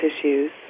issues